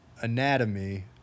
anatomy